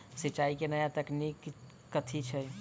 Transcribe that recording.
सिंचाई केँ नया तकनीक कथी छै?